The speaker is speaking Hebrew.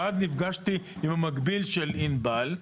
אז נפגשתי עם המקביל של ענבל,